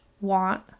want